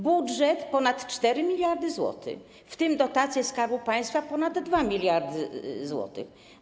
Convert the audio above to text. Budżet ponad 4 mld zł, w tym dotacje Skarbu Państwa ponad 2 mld zł.